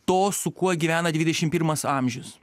to su kuo gyvena dvidešim pirmas amžius